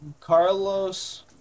Carlos